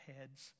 heads